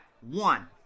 One